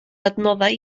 adnoddau